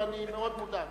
ואני מאוד מודאג.